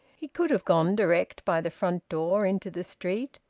he could have gone direct by the front door into the street,